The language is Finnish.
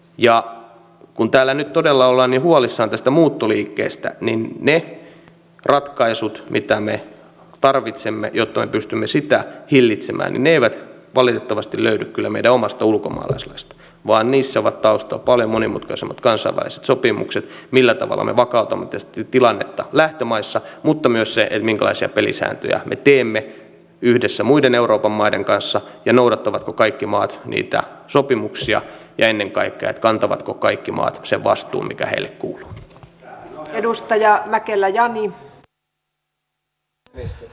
ja kun täällä nyt todella ollaan niin huolissaan tästä muuttoliikkeestä niin ne ratkaisut mitä me tarvitsemme jotta me pystymme sitä hillitsemään eivät valitettavasti löydy kyllä meidän omasta ulkomaalaislaista vaan niissä ovat taustalla paljon monimutkaisemmat kansainväliset sopimukset millä tavalla me vakautamme tietysti tilannetta lähtömaissa mutta myös se minkälaisia pelisääntöjä me teemme yhdessä muiden euroopan maiden kanssa ja noudattavatko kaikki maat niitä sopimuksia ja ennen kaikkea kantavatko kaikki maat sen vastuun mikä heille kuuluu